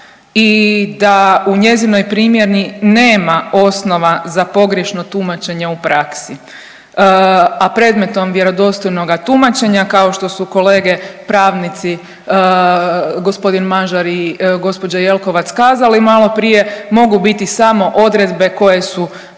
i da u njezinoj primjeni nema osnova za pogrješno tumačenje u praksi, a predmetom vjerodostojnoga tumačenja kao što su kolege pravnici gospodin Mažar i gospođa Jelkovac kazali malo prije mogu biti samo odredbe koje su